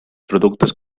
productes